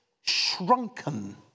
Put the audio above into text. shrunken